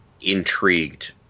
intrigued